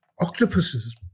octopuses